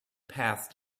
path